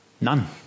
None